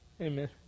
Amen